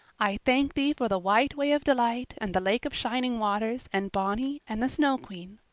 i thank thee for the white way of delight and the lake of shining waters and bonny and the snow queen.